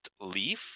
leaf